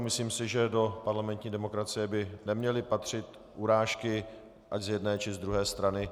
Myslím si, že do parlamentní demokracie by neměly patřit urážky ať z jedné, či z druhé strany.